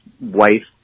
wife